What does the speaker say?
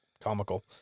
comical